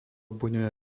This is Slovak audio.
budeme